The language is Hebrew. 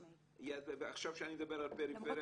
כשאני מדבר על הפריפריה,